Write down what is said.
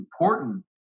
important